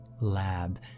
lab